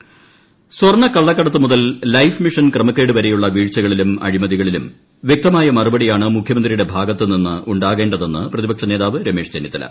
രമേശ് ചെന്നിത്തല സ്വർണ്ണക്കള്ളക്കടത്ത് മുതൽ life mission ക്രമക്കേട് വരെയുള്ള വീഴ്ച്കളിലും അഴിമതികളിലും വൃക്തമായ മറുപടിയാണ് മുഖ്യമന്ത്രിയുടെ ഭാഗത്ത് നിന്നുണ്ടാകേണ്ടതെന്ന് പ്രതിപക്ഷ നേതാവ് രമേശ് ചെന്നിത്തല